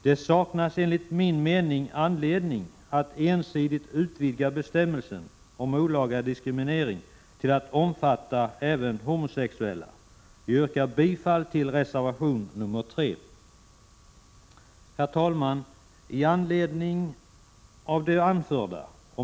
Det saknas enligt min mening anledning att ensidigt utvidga bestämmelsen om olaga diskriminering till att omfatta även homosexuella. Jag yrkar bifall till reservation nr 3. Herr talman!